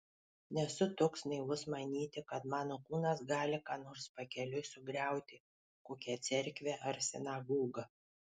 nesu toks naivus manyti kad mano kūnas gali ką nors pakeliui sugriauti kokią cerkvę ar sinagogą